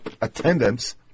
attendance